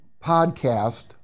podcast